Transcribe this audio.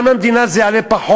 גם למדינה זה יעלה פחות,